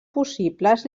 possibles